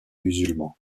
musulman